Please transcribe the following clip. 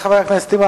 חברי חברי הכנסת,